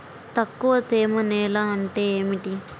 తక్కువ తేమ నేల అంటే ఏమిటి?